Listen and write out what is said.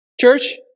Church